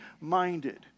minded